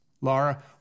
Laura